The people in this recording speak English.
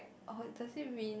oh does it mean